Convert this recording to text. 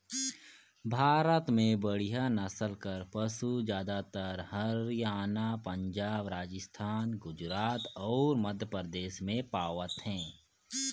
भारत में बड़िहा नसल कर पसु जादातर हरयाना, पंजाब, राजिस्थान, गुजरात अउ मध्यपरदेस में पवाथे